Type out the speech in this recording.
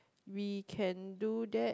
we can do that